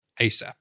ASAP